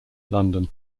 london